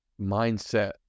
mindset